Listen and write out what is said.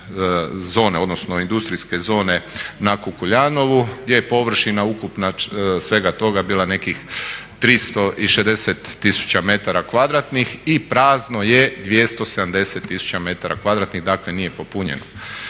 odnosno industrijske zone na Kukuljanovu gdje je površina ukupna svega toga bila nekih 360 tisuća metara kvadratnih i prazno